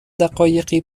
دقایقی